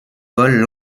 volent